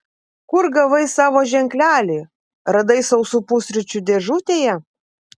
kur gavai savo ženklelį radai sausų pusryčių dėžutėje